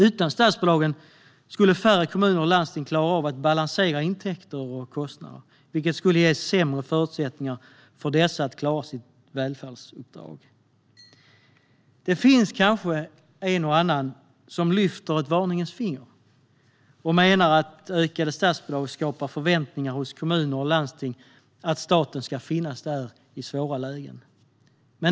Utan statsbidragen skulle färre kommuner och landsting klara av att balansera intäkter och kostnader, vilket skulle ge dem sämre förutsättningar att klara sitt välfärdsuppdrag. Det finns kanske en och annan som lyfter ett varningens finger och menar att ökade statsbidrag skapar förväntningar hos kommuner och landsting på att staten ska finnas där i svåra lägen.